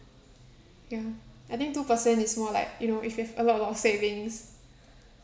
ya I think two percent is more like you know if you have a lot a lot of savings